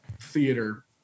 theater